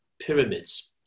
pyramids